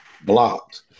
blocked